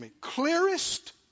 clearest